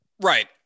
Right